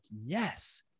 yes